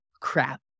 crap